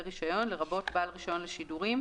רישיון לרבות בעל רישיון לשידורים,